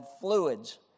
Fluids